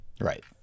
right